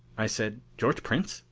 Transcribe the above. i said, george prince?